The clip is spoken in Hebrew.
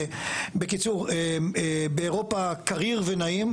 בקיצור, באירופה קריר ונעים.